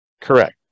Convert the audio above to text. Correct